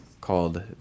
called